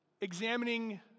Examining